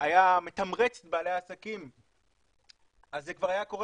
היה מתמרץ את בעלי העסקים, זה כבר היה קורה